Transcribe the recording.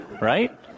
Right